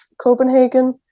Copenhagen